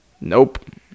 Nope